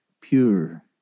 pure